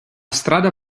strada